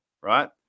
right